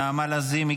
נעמה לזימי,